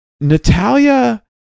Natalia